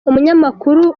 umunyamakuru